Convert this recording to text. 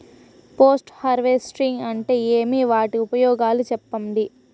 Post harvesting అంటే ఏమి? వాటి ఉపయోగాలు చెప్పండి?